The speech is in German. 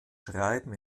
schreiben